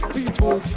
People